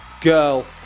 girl